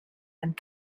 and